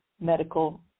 medical